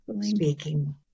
speaking